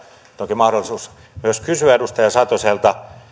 toki on mahdollisuus myös kysyä edustaja satoselta